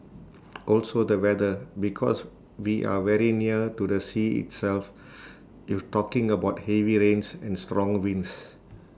also the weather because we are very near to the sea itself you're talking about heavy rains and strong winds